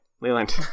Leland